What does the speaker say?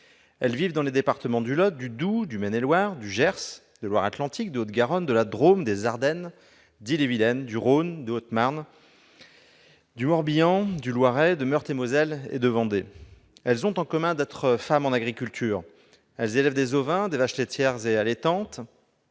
Elles vivent dans les départements du Lot, du Doubs, du Maine-et-Loire, du Gers, de Loire-Atlantique, de Haute-Garonne, de la Drôme, des Ardennes, d'Ille-et-Vilaine, du Rhône, de Haute-Marne, du Morbihan, du Loiret, de Meurthe-et-Moselle, de Vendée. Elles ont en commun d'être « femmes en agriculture ». Elles élèvent des ovins, des vaches laitières et allaitantes,